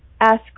ask